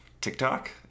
TikTok